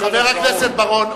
חבר הכנסת בר-און,